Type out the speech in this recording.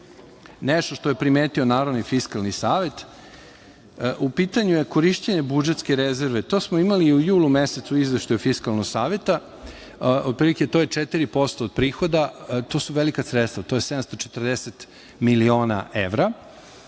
nešto što je primetio naravno i Fiskalni savet, u pitanju je korišćenje budžetske rezerve. To smo imali u julu mesecu, u izveštaju Fiskalnog saveta. Otprilike to je 4% od prihoda. To su velika sredstva. To je 740 miliona evra